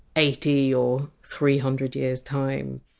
eighty or three hundred years time,